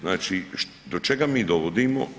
Znači, do čega mi dovodimo?